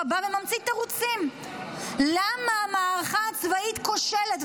בא וממציא תירוצים למה המערכה הצבאית כושלת,